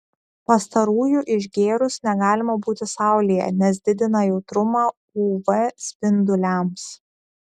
pastarųjų išgėrus negalima būti saulėje nes didina jautrumą uv spinduliams